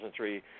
2003